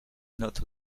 not